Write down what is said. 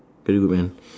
everyone